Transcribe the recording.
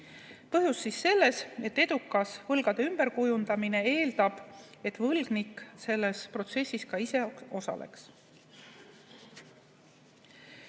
Põhjus on selles, et edukas võlgade ümberkujundamine eeldab, et võlgnik selles protsessis ka ise osaleks.